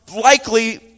likely